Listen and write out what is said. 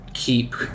Keep